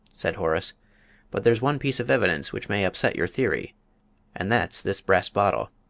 said horace but there's one piece of evidence which may upset your theory and that's this brass bottle.